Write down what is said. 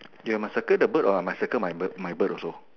you must circle the bird or I must circle my bird my bird also